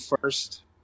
first